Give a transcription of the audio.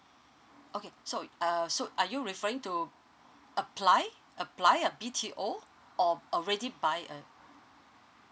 okay so err so are you referring to apply apply a b t o or already by uh